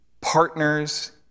partners